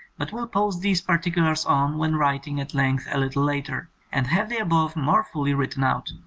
but will post these particu lars on when writing at length a little later and have the above more fully written out.